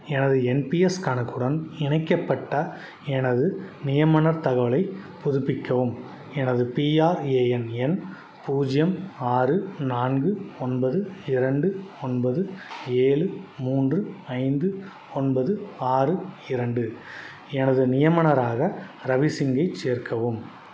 எனது என்பிஎஸ் கணக்குடன் இணைக்கப்பட்ட எனது நியமனர்த் தகவலைப் புதுப்பிக்கவும் எனது பிஆர்ஏஎன் எண் பூஜ்ஜியம் ஆறு நான்கு ஒன்பது இரண்டு ஒன்பது ஏழு மூன்று ஐந்து ஒன்பது ஆறு இரண்டு எனது நியமனராக ரவி சிங்கைச் சேர்க்கவும்